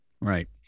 Right